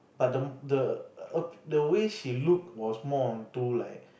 but the the err the way she look was more onto like